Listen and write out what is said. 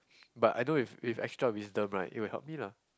but I know if if extra of wisdom right it will help me lah